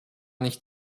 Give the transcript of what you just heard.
nicht